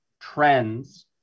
trends